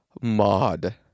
MOD